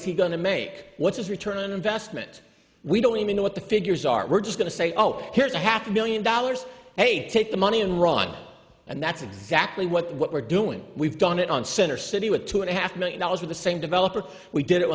is he going to make what's his return on investment we don't even know what the figures are we're just going to say oh here's a half million dollars hey take the money and run and that's exactly what we're doing we've done it on center city with two and a half million dollars for the same developer we did it